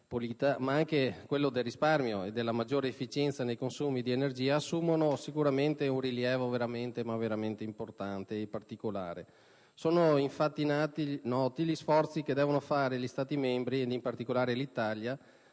ma anche quello del risparmio e della maggiore efficienza nei consumi di energia assumono un rilievo veramente importante e particolare. Sono infatti noti gli sforzi che devono fare gli Stati membri ed in particolare l'Italia